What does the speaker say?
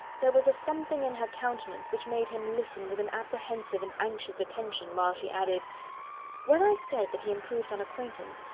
there was a something in her countenance which made him listen with an apprehensive and anxious attention, while she added when i said that he improved on acquaintance,